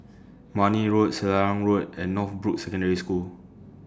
Marne Road Selarang Road and Northbrooks Secondary School